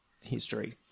history